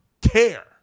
care